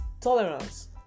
Tolerance